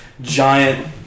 giant